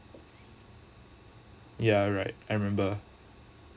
yeah right I remember